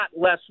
less